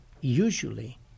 usually